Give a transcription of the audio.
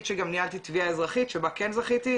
שגם ניהלתי תביעה אזרחית שבה כן זכיתי,